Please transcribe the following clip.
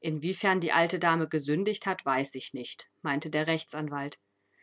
inwiefern die alte dame gesündigt hat weiß ich nicht meinte der rechtsanwalt